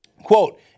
Quote